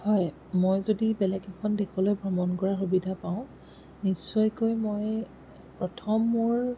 হয় মই যদি বেলেগ এখন দেশলৈ ভ্ৰমন কৰাৰ সুবিধা পাওঁ নিশ্চয়কৈ মই প্ৰথম মোৰ